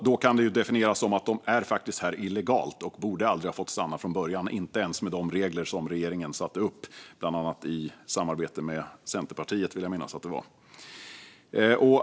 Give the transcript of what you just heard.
Det kan då definieras som att de faktiskt är här illegalt och aldrig borde ha fått stanna från början, inte ens med de regler som regeringen satte upp, i samarbete med bland annat Centerpartiet, vill jag minnas.